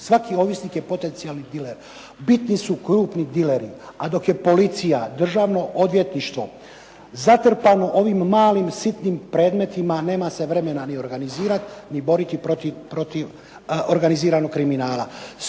Svaki ovisnik je potencijalni diler. Bitni su krupni dileri, a dok je policija, Državno odvjetništvo zatrpano ovim malim, sitnim predmetima nema se vremena ni organizirati, ni boriti protiv organiziranog kriminala.